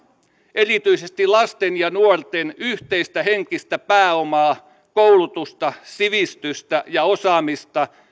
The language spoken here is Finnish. erityisesti lasten ja nuorten yhteistä henkistä pääomaa koulutusta sivistystä ja osaamista